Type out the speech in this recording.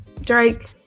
Drake